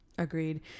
Agreed